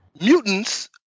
Mutants